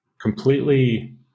completely